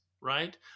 right